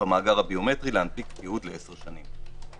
במאגר הביומטרי, להנפיק תיעוד לעשר שנים.